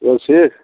تُہۍ چھِو حظ ٹھیٖک